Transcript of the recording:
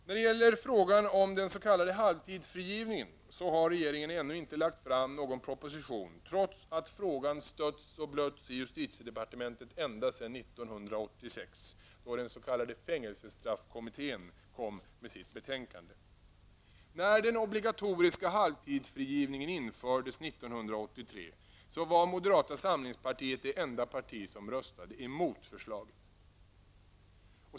När det gäller frågan om den s.k. halvtidsfrigivningen har regeringen ännu inte lagt fram någon proposition, trots att frågan har stötts och blötts i justitiedepartementet ända sedan 1986 då den s.k. fängelsestraffkommittén presenterade sitt betänkande. 1983 var moderata samlingspartiet det enda parti som röstade emot förslaget.